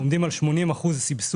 אנחנו עומדים על 80% סבסוד,